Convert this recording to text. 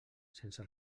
sense